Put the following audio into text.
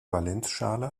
valenzschale